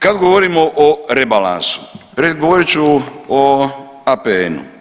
Kad govorimo o rebalansu, govorit ću o APN-u.